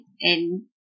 and-